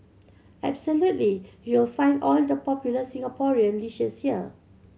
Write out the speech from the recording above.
absolutely you'll find all the popular Singaporean dishes here